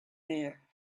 there